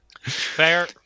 Fair